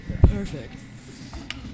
Perfect